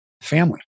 family